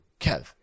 Kev